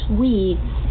weeds